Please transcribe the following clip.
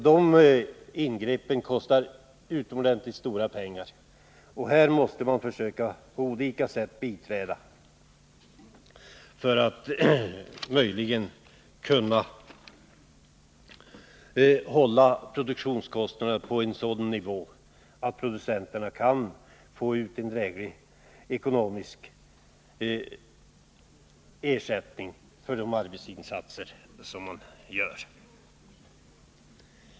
De ingreppen kostar stora pengar, och här måste man försöka biträda på olika sätt för att om möjligt kunna hålla produktionskostnaden på en sådan nivå att producenterna kan få ut en rimlig ekonomisk ersättning för de arbetsinsatser som de gör.